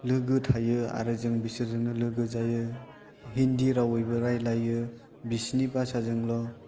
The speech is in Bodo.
लोगो थायो आरो जों बिसोरजोंनो लोगो जायो हिन्दि रावैबो रायलायो बिसिनि भासाजोंल'